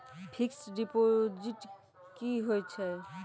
Fixed deposit की होय छै?